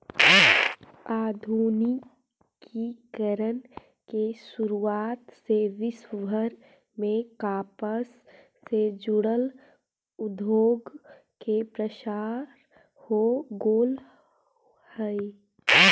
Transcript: आधुनिकीकरण के शुरुआत से विश्वभर में कपास से जुड़ल उद्योग के प्रसार हो गेल हई